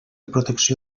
protecció